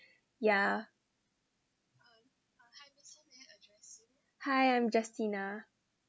yeah hi I'm justina